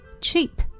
cheap